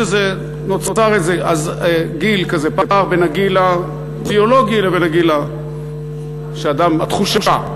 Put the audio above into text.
נוצר איזה פער בין הגיל הביולוגי לבין התחושה.